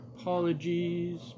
apologies